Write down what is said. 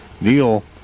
Neal